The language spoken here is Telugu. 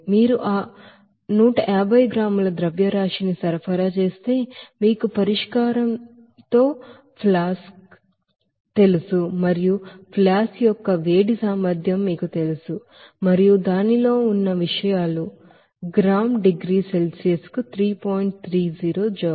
మీరు ఆ 150 గ్రాముల ಮಾಸ್ని సరఫరా చేస్తే మీకు పరిష్కారంతో ఫ్లాస్క్ తెలుసు మరియు ఫ్లాస్క్ యొక్క హీట్ కెపాసిటీ మీకు తెలుసు మరియు దానిలో ఉన్న విషయాలు గ్రాము డిగ్రీ సెల్సియస్ కు 3